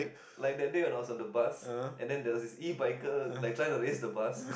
like that day when I was on the bus and then there is a ebiker like try to chase the bus